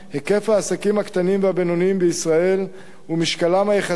היקף העסקים הקטנים והבינוניים בישראל ומשקלם היחסי